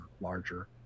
larger